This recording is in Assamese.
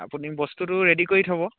আপুনি বস্তুটো ৰে'ডি কৰি থ'ব